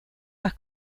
más